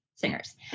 singers